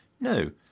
No